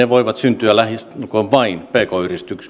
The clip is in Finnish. voivat syntyä lähestulkoon vain pk